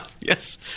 Yes